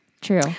True